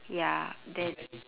ya then